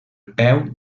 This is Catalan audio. peu